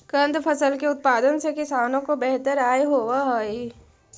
कंद फसल के उत्पादन से किसानों को बेहतर आय होवअ हई